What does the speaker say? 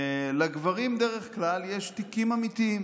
לגברים דרך כלל יש תיקים אמיתיים,